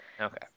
Okay